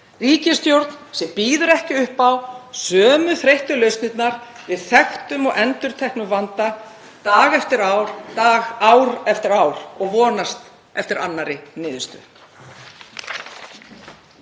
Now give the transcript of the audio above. ríkisstjórn sem býður ekki upp á sömu þreyttu lausnirnar við þekktum og endurteknum vanda dag eftir dag, ár eftir ár og vonast eftir annarri niðurstöðu.